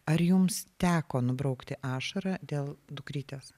ar jums teko nubraukti ašarą dėl dukrytės